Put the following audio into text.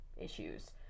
issues